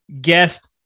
Guest